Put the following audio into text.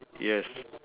yes